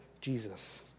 Jesus